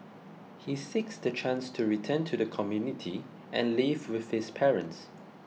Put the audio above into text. he seeks the chance to return to the community and live with his parents